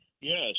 Yes